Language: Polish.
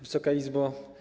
Wysoka Izbo!